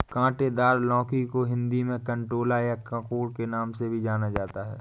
काँटेदार लौकी को हिंदी में कंटोला या ककोड़ा के नाम से भी जाना जाता है